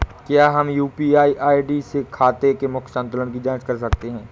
क्या हम UPI ID से खाते के मूख्य संतुलन की जाँच कर सकते हैं?